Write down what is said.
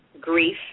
grief